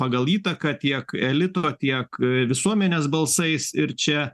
pagal įtaką tiek elito tiek visuomenės balsais ir čia